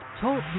Talk